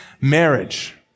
marriage